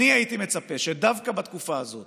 אני הייתי מצפה שדווקא בתקופה הזאת